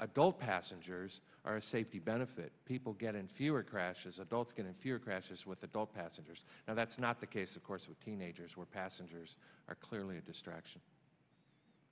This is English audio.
adult passengers are a safety benefit people get in fewer crashes adults getting fewer crashes with adult passengers now that's not the case of course with teenagers where passengers are clearly a distraction